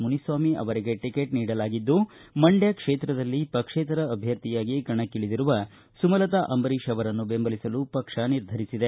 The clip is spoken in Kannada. ಮುನಿಸ್ವಾಮಿ ಅವರಿಗೆ ಟಿಕೆಟ್ ನೀಡಲಾಗಿದ್ದು ಮಂಡ್ಯ ಕ್ಷೇತ್ರದಲ್ಲಿ ಪಕ್ಷೇತರ ಅಭ್ಯರ್ಥಿಯಾಗಿ ಕಣಕ್ಕಿಳಿದಿರುವ ಸುಮಲತಾ ಅಂಬರೀಷ ಅವರನ್ನು ಬೆಂಬಲಿಸಲು ಪಕ್ಷ ನಿರ್ಧರಿಸಿದೆ